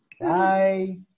Bye